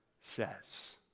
says